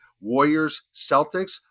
Warriors-Celtics-